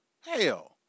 Hell